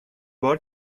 باری